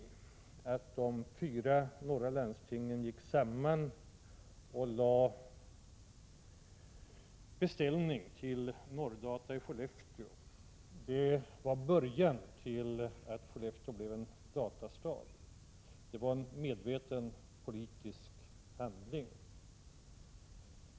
Då gick de fyra norra landstingen samman och ingav beställning till Norrdata i Skellefteå. Det var början till att Skellefteå blev en datastad. Det var en medveten politisk handling.